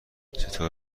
چطور